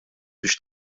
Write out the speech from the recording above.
biex